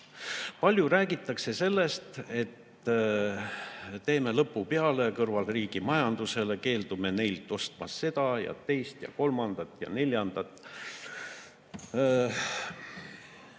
Palju räägitakse sellest, et teeme lõpu peale kõrvalriigi majandusele, keeldume neilt ostmast seda ja teist ja kolmandat ja neljandat.